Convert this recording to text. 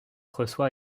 reçoit